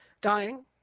dying